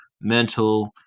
mental